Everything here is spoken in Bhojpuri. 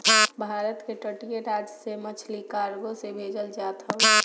भारत के तटीय राज से मछरी कार्गो से भेजल जात हवे